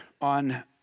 on